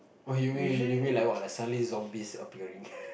okay wait wait wait like what suddenly zombies appearing